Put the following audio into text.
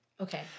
Okay